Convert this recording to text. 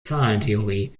zahlentheorie